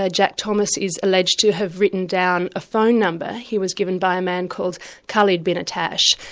ah jack thomas is alleged to have written down a phone number he was given by a man called khaled bin attash.